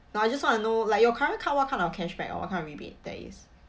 no I just want to know like your current card what kind of cashback or what kind of rebate there is